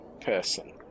person